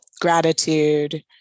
gratitude